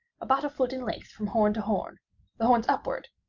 about a foot in length from horn to horn the horns upward,